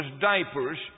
diapers